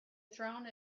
throne